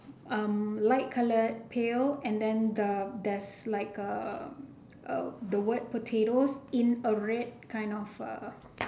um light colour pale and then the there's like a the word potatoes in a red kind of uh